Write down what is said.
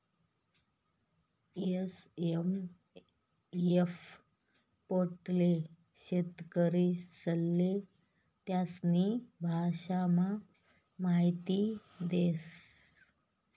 SMF portal शेतकरीस्ले त्यास्नी भाषामा माहिती देस